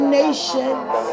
nations